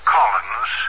Collins